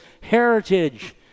heritage